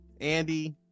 Andy